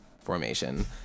formation